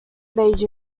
beijing